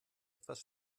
etwas